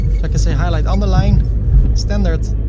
like can say highlight on the line standard